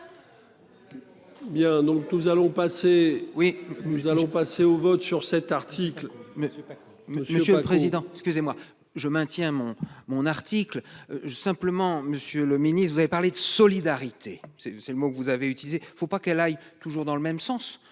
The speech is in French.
passer, oui nous allons passer au vote sur cet article. Monsieur, monsieur, monsieur le président. Excusez-moi, je maintiens mon mon article. Simplement, Monsieur le Ministre, vous avez parlé de solidarité c'est c'est le mot que vous avez utilisé, il ne faut pas qu'elle aille toujours dans le même sens,